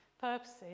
purposes